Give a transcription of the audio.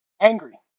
angry